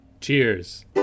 cheers